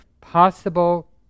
possible